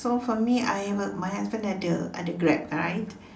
so for me I have a my husband ada ada Grab right